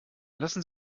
lassen